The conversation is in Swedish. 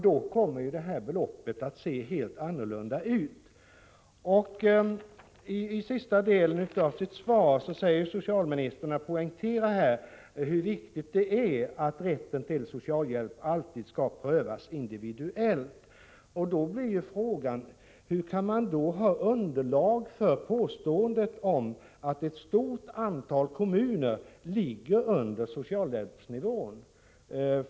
Då kommer beloppet att se helt annorlunda I sista delen av sitt svar poängterar socialministern hur viktigt det är att rätten till socialhjälp alltid prövas individuellt. Då blir frågan: Hur kan man då ha underlag för påståendet att bidragsbeloppeni ett stort antal kommuner ligger under socialhjälpsnivån?